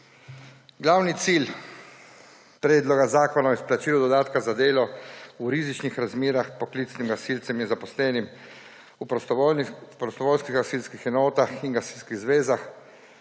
Glavni cilj Predloga zakona o izplačilu dodatka za delo v rizičnih razmerah poklicnim gasilcem in zaposlenim v prostovoljnih gasilskih enotah in gasilskih zvezah